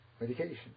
medication